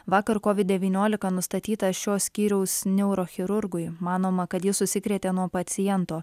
vakar kovid devyniolika nustatyta šio skyriaus neurochirurgui manoma kad jis užsikrėtė nuo paciento